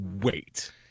Wait